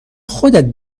خودت